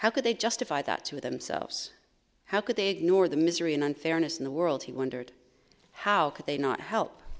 how could they justify that to themselves how could they ignore the misery and unfairness in the world he wondered how could they not help